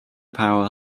power